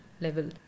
level